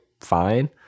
fine